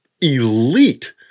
elite